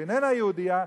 שאיננה יהודייה,